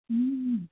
ಹ್ಞೂ